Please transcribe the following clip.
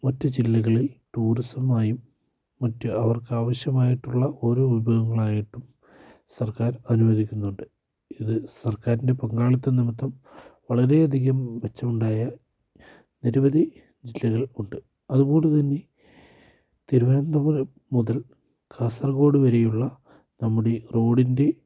മറ്റു ജില്ലകളിൽ ടൂറിസമായും മറ്റ് അവർക്കാവശ്യമായിട്ടുള്ള ഓരോ വിഭവങ്ങളായിട്ടും സർക്കാർ അനുവദിക്കുന്നുണ്ട് ഇത് സർക്കാരിൻ്റെ പങ്കാളിത്തം നിമിത്തം വളരെയധികം മെച്ചമുണ്ടായ നിരവധി ജില്ലകൾ ഉണ്ട് അതുകൊണ്ടുതന്നെ തിരുവനന്തപുരം മുതൽ കാസർഗോഡ് വരെയുള്ള നമ്മുടെ റോഡിൻ്റെ